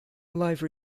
live